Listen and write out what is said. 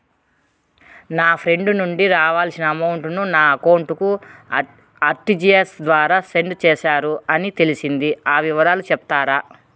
నా ఫ్రెండ్ నుండి రావాల్సిన అమౌంట్ ను నా అకౌంట్ కు ఆర్టిజియస్ ద్వారా సెండ్ చేశారు అని తెలిసింది, ఆ వివరాలు సెప్తారా?